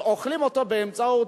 אוכלים אותו באמצעות,